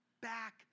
back